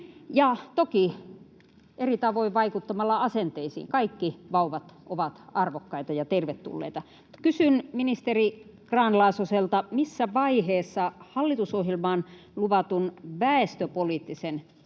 toki eri tavoin vaikuttamalla asenteisiin: kaikki vauvat ovat arvokkaita ja tervetulleita. Kysyn ministeri Grahn-Laasoselta: Missä vaiheessa hallitusohjelmaan luvatun väestöpoliittisen